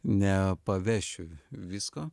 nepavešiu visko